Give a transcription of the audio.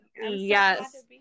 yes